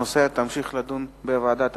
הנושא ימשיך להידון בוועדת העבודה,